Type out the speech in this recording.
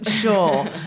sure